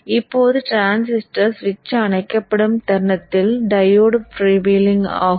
இப்போது டிரான்சிஸ்டர் சுவிட்ச் அணைக்கப்படும் தருணத்தில் டையோடு ஃப்ரீவீலிங் ஆகும்